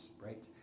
right